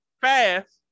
fast